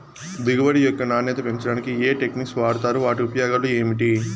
దిగుబడి యొక్క నాణ్యత పెంచడానికి ఏ టెక్నిక్స్ వాడుతారు వాటి ఉపయోగాలు ఏమిటి?